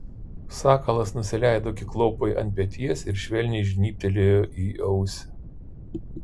sakalas nusileido kiklopui ant peties ir švelniai žnybtelėjo į ausį